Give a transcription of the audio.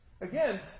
Again